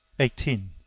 eighteen.